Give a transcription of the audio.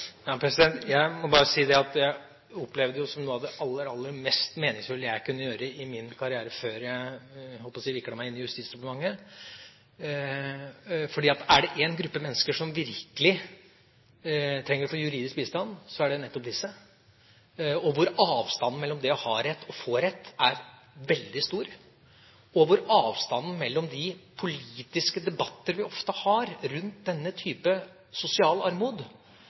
Jeg må bare si at jeg opplevde dette som noe av det aller, aller mest meningsfulle jeg kunne gjøre i min karriere, før jeg, jeg holdt på å si, viklet meg inn i Justisdepartementet. For er det en gruppe mennesker som virkelig trenger å få juridisk bistand, er det nettopp denne. Avstanden mellom det å ha rett og få rett er veldig stor, og avstanden mellom de politiske debatter vi ofte har rundt denne type sosial armod